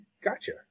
gotcha